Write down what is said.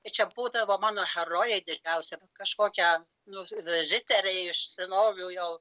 ir čia būdavo mano herojai didžiausi kažkokią nu riteriai iš senovių jau